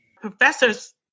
Professors